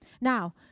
Now